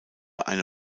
eine